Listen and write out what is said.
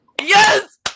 yes